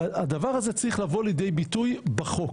הדבר הזה צריך לבוא לידי ביטוי בחוק.